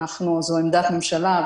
זו עמדת ממשלה.